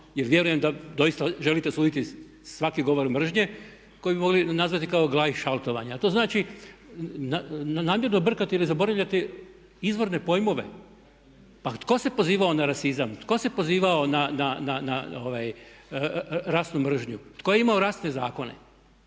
jer vjerujem da doista želite osuditi svaki govor mržnje koji bi mogli nazvati kao gleich šaltovanje. Ali to znači namjerno brkati ili zaboravljati izvorne pojmove. Pa tko se pozivao na rasizam? Tko se pozivao na rasnu mržnju? Tko je imao rasne zakone?